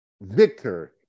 Victor